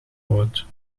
brood